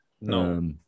No